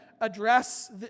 address